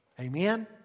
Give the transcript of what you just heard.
Amen